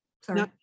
Sorry